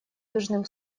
южным